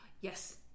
Yes